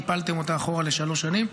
קיפלתם אותה אחורה לשלוש שנים.